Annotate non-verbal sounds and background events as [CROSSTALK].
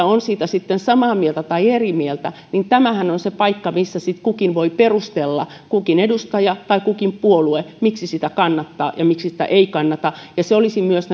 [UNINTELLIGIBLE] on siitä sitten samaa mieltä tai eri mieltä niin tämähän on se paikka missä sitten kukin voi perustella kukin edustaja tai kukin puolue miksi sitä kannattaa ja miksi sitä ei kannata ja se olisi myös [UNINTELLIGIBLE]